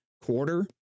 quarter